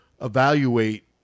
evaluate